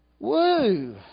Woo